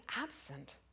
absent